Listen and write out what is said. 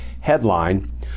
Headline